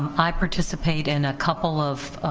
i participate in a couple of